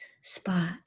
spot